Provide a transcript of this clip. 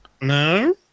No